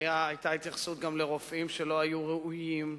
היתה גם התייחסות לרופאים שלא היו ראויים.